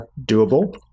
doable